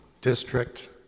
district